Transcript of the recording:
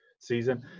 season